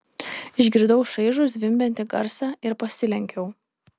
išgirdau šaižų zvimbiantį garsą ir pasilenkiau